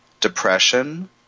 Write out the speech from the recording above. depression